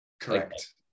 Correct